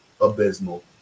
abysmal